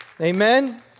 Amen